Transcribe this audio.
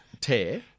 tear